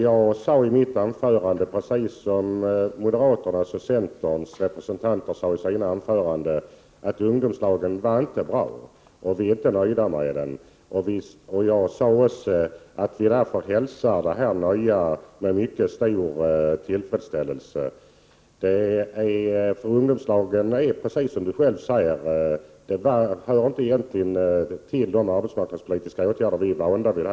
Jag sade i mitt anförande precis som moderaternas och centerns representanter gjorde i sina att ungdomslagen inte var bra och att vi inte var nöjda med förslaget om dem. Jag sade också att vi hälsade den nya inriktningen med mycket stor tillfredsställelse. Ungdomslagen hörde, som Lars-Ove Hagberg sade, egentligen inte hemma bland de arbetsmarknadspolitiska åtgärder som vi varit vana vid.